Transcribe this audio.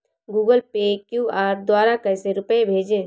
Google Pay QR द्वारा कैसे रूपए भेजें?